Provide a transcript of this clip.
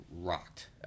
rocked